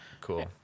cool